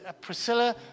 Priscilla